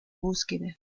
búsqueda